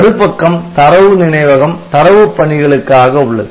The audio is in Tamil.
மறுபக்கம் தரவு நினைவகம் தரவுப் பணிகளுக்காக உள்ளது